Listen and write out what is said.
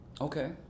Okay